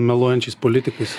meluojančiais politikais